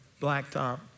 blacktop